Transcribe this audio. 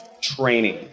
training